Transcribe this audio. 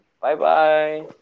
Bye-bye